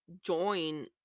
join